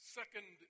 second